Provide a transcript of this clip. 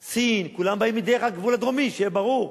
סין, כולם באים דרך הגבול הדרומי, שיהיה ברור.